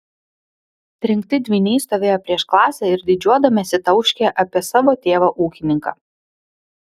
trenkti dvyniai stovėjo prieš klasę ir didžiuodamiesi tauškė apie savo tėvą ūkininką